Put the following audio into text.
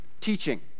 teaching